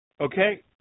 okay